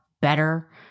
better